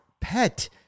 pet